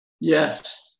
Yes